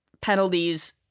penalties